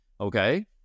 Okay